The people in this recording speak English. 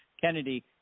Kennedy